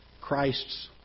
Christ's